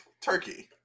turkey